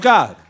God